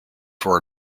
for